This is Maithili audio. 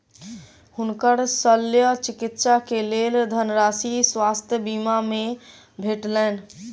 हुनकर शल्य चिकित्सा के लेल धनराशि स्वास्थ्य बीमा से भेटलैन